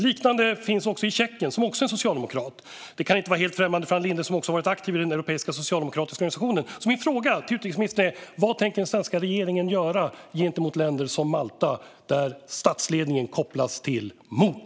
Liknande saker har hänt i Tjeckien; där gäller det också en socialdemokrat. Detta kan inte vara helt främmande för Ann Linde, som har varit aktiv i den europeiska socialdemokratiska organisationen. Min fråga till utrikesministern är därför: Vad tänker den svenska regeringen göra gentemot länder som Malta, där statsledningen kopplas till mord?